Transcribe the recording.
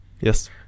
Yes